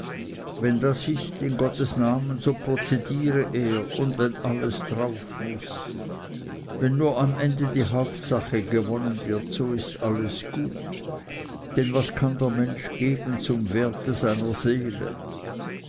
wenn das ist in gottes namen so prozediere er und wenn alles drauf muß wenn nur am ende die hauptsache gewonnen wird so ist alles gut denn was kann der mensch geben zum werte seiner seele